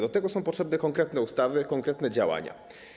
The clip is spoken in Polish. Do tego są potrzebne konkretne ustawy, konkretne działania.